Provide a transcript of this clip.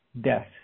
death